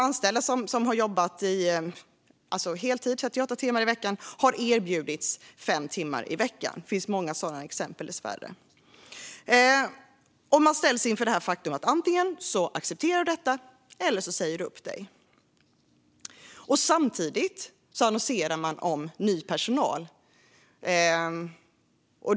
Anställda som tidigare arbetat heltid, det vill säga 38 timmar per vecka, har nu "erbjudits" 5 timmar i veckan. Det finns dessvärre många sådana exempel. De ställs nu inför valet att acceptera eller att säga upp sig. Samtidigt annonserar H & M efter ny personal.